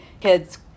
kid's